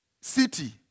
city